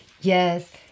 Yes